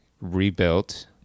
rebuilt